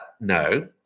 no